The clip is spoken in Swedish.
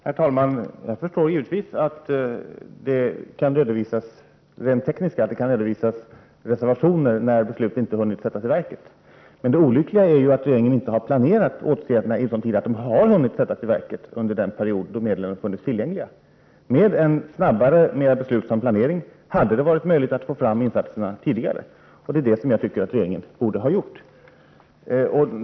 Herr talman! Jag förstår givetvis att det rent tekniskt kan redovisas reservationer när beslut inte har hunnit sättas i verket. Men det olyckliga är ju att regeringen inte har planerat åtgärderna i sådan tid att de har hunnit sättas i verket under den period då medlen funnits tillgängliga. Med en snabbare och mer beslutsam planering hade det varit möjligt att få fram insatserna tidigare, och det är det som jag tycker att regeringen borde ha gjort.